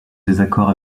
désaccord